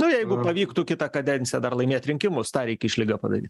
nu jeigu pavyktų kitą kadenciją dar laimėt rinkimus tą reik išlygą padaryt